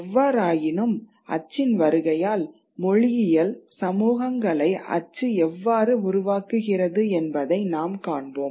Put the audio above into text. எவ்வாறாயினும் அச்சின் வருகையால் மொழியியல் சமூகங்களை அச்சு எவ்வாறு உருவாக்குகிறது என்பதை நாம் காண்போம்